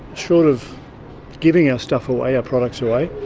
short of giving our stuff away, our products away,